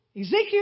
Ezekiel